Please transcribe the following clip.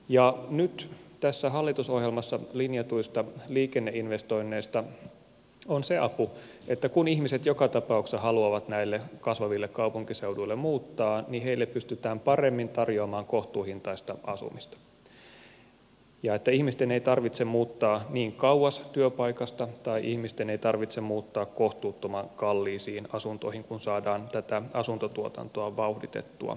ja nyt tässä hallitusohjelmassa linjatuista liikenneinvestoinneista on se apu että kun ihmiset joka tapauksessa haluavat näille kasvaville kaupunkiseuduille muuttaa niin heille pystytään paremmin tarjoamaan kohtuuhintaista asumista ja että ihmisten ei tarvitse muuttaa niin kauas työpaikasta tai ihmisten ei tarvitse muuttaa kohtuuttoman kalliisiin asuntoihin kun saadaan tätä asuntotuotantoa vauhditettua